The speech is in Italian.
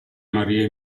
maria